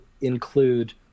include